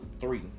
Three